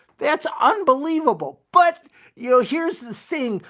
that's unbelievable. but you know, here's the thing,